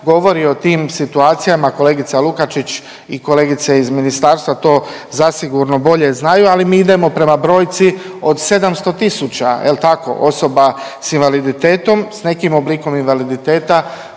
govori o tim situacijama, kolegica Lukačić i kolegice iz ministarstva to zasigurno bolje znaju, ali mi idemo prema brojci od 700 tisuća, jel tako, osoba s invaliditetom, s nekim oblikom invaliditeta